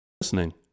Listening